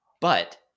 but-